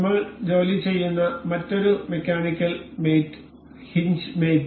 ഞങ്ങൾ ജോലിചെയ്യുന്ന മറ്റൊരു മെക്കാനിക്കൽ മേറ്റ് ഹിഞ്ച് മേറ്റ്